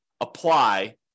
apply